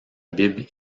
bible